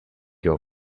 your